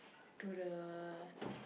to the